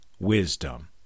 wisdom